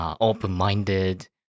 open-minded